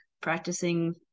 practicing